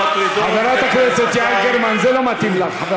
שמטרידות, חברת הכנסת יעל גרמן, זה לא מתאים לך.